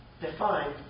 defined